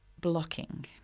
blocking